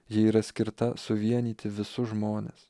ji yra skirta suvienyti visus žmones